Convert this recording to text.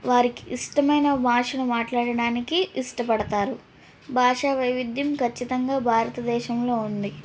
వారికి ఇష్టమైన భాషను మాట్లాడడానికి ఇష్టపడతారు భాషా వైవిధ్యం ఖచ్చితంగా భారతదేశంలో ఉంది